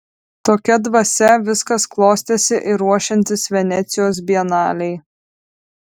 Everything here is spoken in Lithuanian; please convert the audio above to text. tokia dvasia viskas klostėsi ir ruošiantis venecijos bienalei